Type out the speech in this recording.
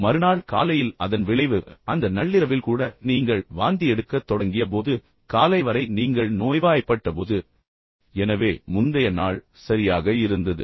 ஆனால் மறுநாள் காலையில் அதன் விளைவு அல்லது அந்த நள்ளிரவில் கூட நீங்கள் வாந்தி எடுக்கத் தொடங்கியபோது காலை வரை நீங்கள் நோய்வாய்ப்பட்டபோது எனவே முந்தைய நாள் சரியாக இருந்தது